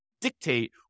dictate